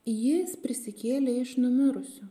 jis prisikėlė iš numirusių